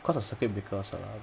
cause of circuit breaker so like